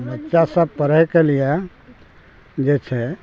बच्चा सब पढ़ैके लिए जे छै